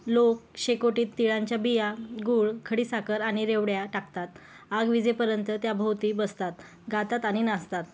लोक शेकोटीत तिळांच्या बिया गूळ खडीसाखर आणि रेवड्या टाकतात आग विझेपर्यंत त्याभोवती बसतात गातात आणि नाचतात